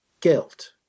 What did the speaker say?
guilt